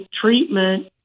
treatment